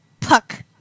Puck